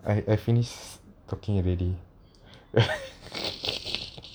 I I finish talking already